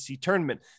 tournament